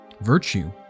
virtue